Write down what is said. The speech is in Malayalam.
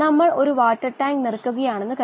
ഒപ്പം സാധാരണ കേസുകളിൽ 0 നും 100 നും ആയിരിക്കും